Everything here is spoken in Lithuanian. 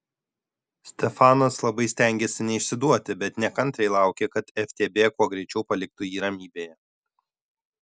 stefanas labai stengėsi neišsiduoti bet nekantriai laukė kad ftb kuo greičiau paliktų jį ramybėje